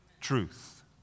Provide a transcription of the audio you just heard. truth